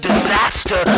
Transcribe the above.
Disaster